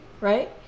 Right